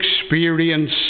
experience